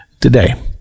today